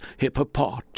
hippopot